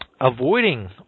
avoiding